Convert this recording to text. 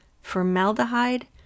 formaldehyde